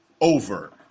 over